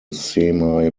semi